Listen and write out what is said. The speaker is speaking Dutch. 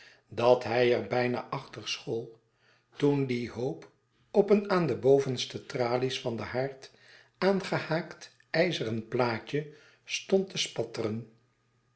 dat hij er bijna achter school toen die hoop op een aan de bovenste tralies van den haard aangehaakt ijzeren plaatjestond te spatteren